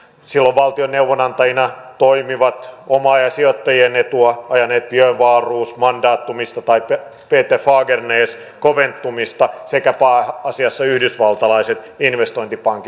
silloin valtion neuvonantajina toimivat omaa ja sijoittajien etua ajaneet björn wahlroos mandatumista tai peter fagernäs conventumista sekä pääasiassa yhdysvaltalaiset investointipankit